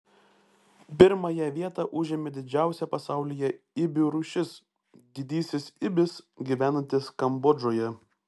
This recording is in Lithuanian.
pirmąją vietą užėmė didžiausia pasaulyje ibių rūšis didysis ibis gyvenantis kambodžoje